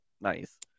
nice